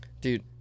Dude